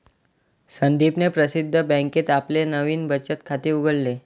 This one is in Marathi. संदीपने प्रसिद्ध बँकेत आपले नवीन बचत खाते उघडले